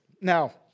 Now